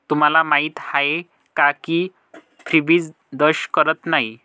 तुम्हाला माहीत आहे का की फ्रीबीज दंश करत नाही